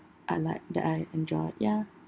I like that I enjoy ya